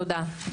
תודה.